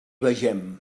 vegem